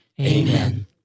Amen